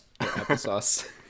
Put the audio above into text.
applesauce